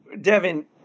Devin